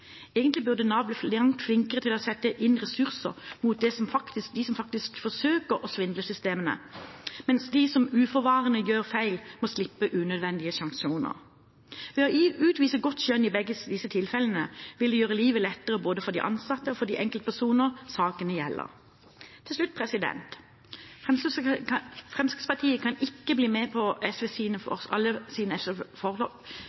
Egentlig burde Nav bli flinkere til å sette inn ressurser mot dem som faktisk forsøker å svindle systemene, mens de som uforvarende gjør feil, må slippe unødvendige sanksjoner. Å utvise godt skjønn i begge disse tilfellene vil gjøre livet lettere både for de ansatte og for de enkeltpersonene saken gjelder. Til slutt: Fremskrittspartiet kan ikke bli med på SVs forslag om ytterligere hjemmel for skjønn i slike saker. SVs forslag